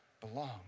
belong